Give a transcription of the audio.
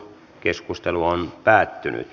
keskustelua ei syntynyt